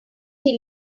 till